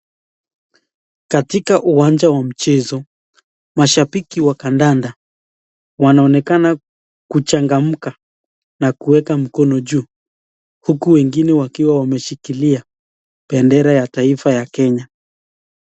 Katika uwanja wa mchezo, mashambiki wa kadada wanaonekana kuchangamka na kueka mkono juu uku wengine wakiwa wameshikilia bendera ya taifa ya Kenya.